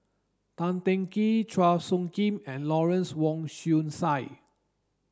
Tan Teng Kee Chua Phung Kim and Lawrence Wong Shyun Tsai